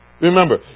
Remember